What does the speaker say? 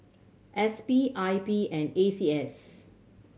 S P I P and A C S